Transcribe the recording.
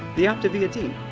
the optavia team.